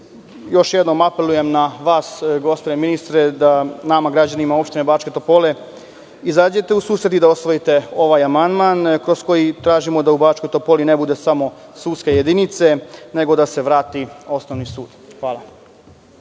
još jednom apelujem na vas, gospodine ministre, da nama, građanima opštine Bačke Topole, izađete u susret i da usvojite ovaj amandman kroz koji tražimo da u Bačkoj Topoli ne bude samo sudske jedinice, nego da se vrati osnovni sud. Hvala.